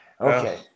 Okay